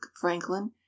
franklin